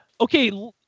Okay